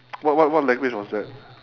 what what what language was that